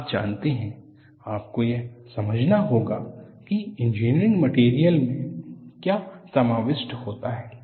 आप जानते हैं आपको यह समझना होगा कि इंजीनियरिंग मटेरियल्स में क्या समाविष्ट होता है